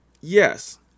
Yes